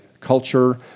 culture